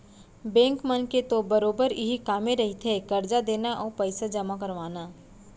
bank मन के तो बरोबर इहीं कामे रहिथे करजा देना अउ पइसा जमा करवाना